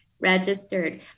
registered